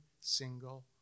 single